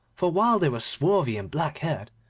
for, while they were swarthy and black-haired,